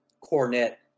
cornet